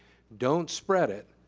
don't spread it.